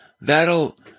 That'll